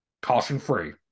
Caution-free